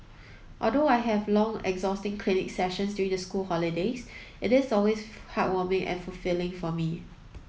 although I have long exhausting clinic sessions during the school holidays it is always heartwarming and fulfilling for me